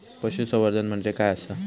पशुसंवर्धन म्हणजे काय आसा?